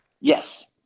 Yes